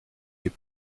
les